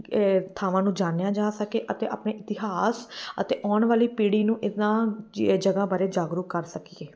ਥਾਵਾਂ ਨੂੰ ਜਾਣਿਆ ਜਾ ਸਕੇ ਅਤੇ ਆਪਣੇ ਇਤਿਹਾਸ ਅਤੇ ਆਉਣ ਵਾਲੀ ਪੀੜ੍ਹੀ ਨੂੰ ਇਹਨਾਂ ਜੇ ਜਗ੍ਹਾ ਬਾਰੇ ਜਾਗਰੂਕ ਕਰ ਸਕੀਏ